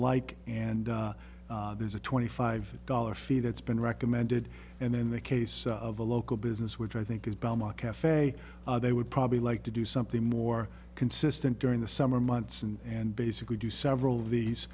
like and there's a twenty five dollars fee that's been recommended and then the case of a local business which i think is belmont cafe they would probably like to do something more consistent during the summer months and basically do several of these